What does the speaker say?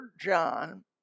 John